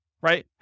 Right